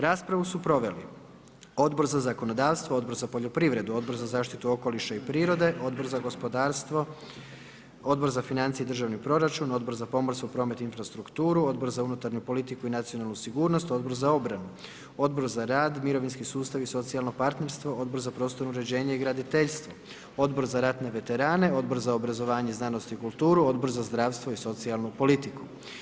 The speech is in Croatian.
Raspravu su proveli Odbor za zakonodavstvo, Odbor za poljoprivredu, Odbor za zaštitu okoliša i prirode, Odbor za gospodarstvo, Odbor za financije i državni proračun, Odbor za pomorstvo, promet i infrastrukturu, Odbor za unutarnju politiku i nacionalnu sigurnost, Odbor za obranu, Odbor za rad, mirovinski sustav i socijalno partnerstvo, Odbor za prostorno uređenje i graditeljstvo, Odbor za ratne veterane, Odbor za obrazovanje, znanost i kulturu, Odbor za zdravstvo i socijalnu politiku.